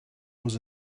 was